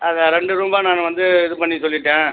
அதை ரெண்டு ரூம்பா நானு வந்து இது பண்ணி சொல்லிட்டேன்